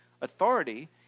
authority